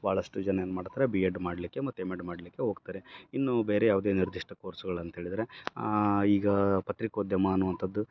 ಭಾಳಷ್ಟು ಜನ ಏನು ಮಾಡ್ತಾರೆ ಬಿ ಎಡ್ ಮಾಡಲಿಕ್ಕೆ ಮತ್ತೆ ಎಮ್ ಎಡ್ ಮಾಡಲಿಕ್ಕೆ ಹೋಗ್ತಾರೆ ಇನ್ನು ಬೇರೆ ಯಾವುದೇ ನಿರ್ಧಿಷ್ಟ ಕೋರ್ಸ್ಗಳಂತೇಳಿದರೆ ಈಗ ಪತ್ರಿಕೋದ್ಯಮ ಅನ್ನುವಂಥದ್ದು